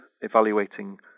evaluating